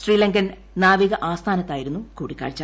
ശ്രീലങ്കൻ നാവികാസ്ഥാനത്ത്ാ്യിരുന്നു കൂടിക്കാഴ്ച